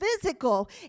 physical